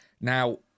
Now